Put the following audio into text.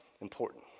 important